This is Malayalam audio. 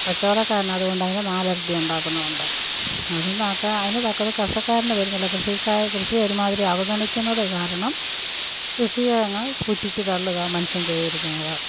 കച്ചവടക്കാരനതുകൊണ്ട് അയിൻ്റെ നാലിരട്ടി ഉണ്ടാക്കുന്നുമുണ്ട് അത് തക്ക കർഷക്കാരന് കൃഷിക്കായി കൃഷി ഒരുമാതിരി അവഗണിക്കുന്നത് കാരണം കൃഷിയെ അങ്ങ് പുച്ഛിച്ച് തള്ളുകയാണ് മനുഷ്യൻ ചെയ്തിരിക്കുന്നത്